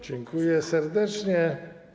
Dziękuję serdecznie.